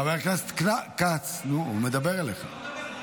חבר הכנסת כץ, הוא מדבר אליך.